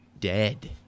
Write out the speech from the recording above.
dead